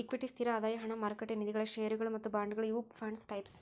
equity ಸ್ಥಿರ ಆದಾಯ ಹಣ ಮಾರುಕಟ್ಟೆ ನಿಧಿಗಳ ಷೇರುಗಳ ಮತ್ತ ಬಾಂಡ್ಗಳ ಇವು ಫಂಡ್ಸ್ ಟೈಪ್ಸ್